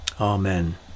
Amen